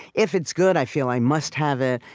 if it's good, i feel i must have it.